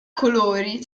colori